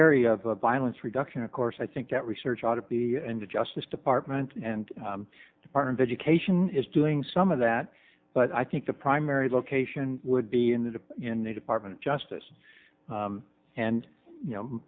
area of violence reduction of course i think that research ought to be in the justice department and department education is doing some of that but i think the primary location would be in the in the department of justice and you know